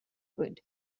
good